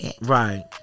right